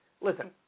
Listen